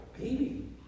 baby